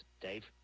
Dave